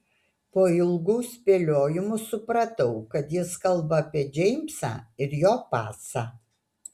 po ilgų spėliojimų supratau kad jis kalba apie džeimsą ir jo pasą